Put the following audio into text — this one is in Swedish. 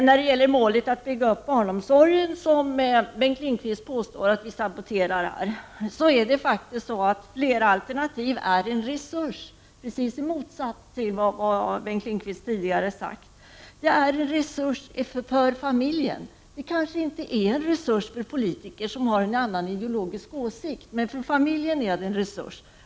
När det gäller målet att bygga upp barnomsorgen, som Bengt Lindqvist påstår att vi saboterar här, är det faktiskt så att flera alternativ är en resurs — i motsats till vad Bengt Lindqvist tidigare sagt. De kanske inte är en resurs för politiker som har en annan ideologisk åsikt, men för familjen innebär de en resurs.